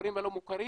הכפרים הלא מוכרים